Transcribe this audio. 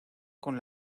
con